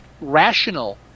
rational